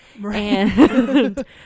Right